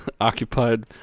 occupied